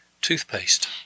Toothpaste